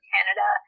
Canada